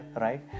right